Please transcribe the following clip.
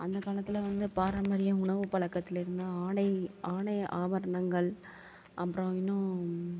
அந்த காலத்தில் வந்து பாரம்பரியம் உணவு பழக்கத்தில இருந்து ஆடை ஆடை ஆபரணங்கள் அப்புறம் இன்னும்